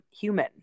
human